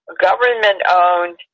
government-owned